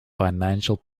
financial